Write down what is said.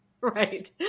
Right